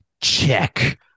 check